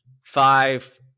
five